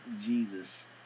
Jesus